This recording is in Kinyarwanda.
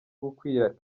gukwira